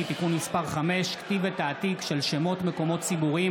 (תיקון מס' 5) (כתיב ותעתיק של שמות מקומות ציבוריים),